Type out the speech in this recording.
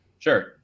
Sure